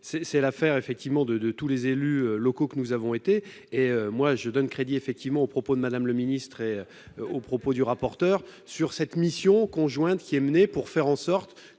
c'est l'affaire effectivement de de tous les élus locaux que nous avons été et moi je donne crédit effectivement aux propos de Madame le ministre et aux propos du rapporteur sur cette mission conjointe qui est menée pour faire en sorte